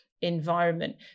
environment